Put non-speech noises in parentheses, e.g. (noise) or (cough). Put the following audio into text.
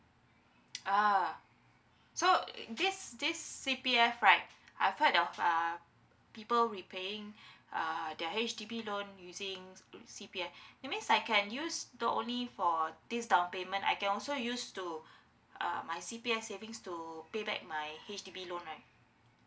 ah so this this C_P_F right I've heard of uh people repaying (breath) uh their H_D_B loan using C_P_F (breath) that means I can use not only for this down payment I can also use to (breath) uh my C_P_F savings to pay back my H_D_B loan right